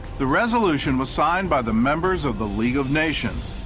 the resolution was signed by the members of the league of nation,